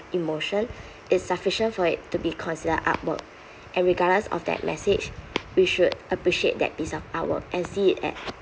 emotion it's sufficient for it to be considered artwork and regardless of that message we should appreciate that piece of artwork and see it at